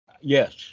Yes